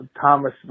Thomas